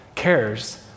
cares